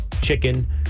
Chicken